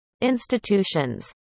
institutions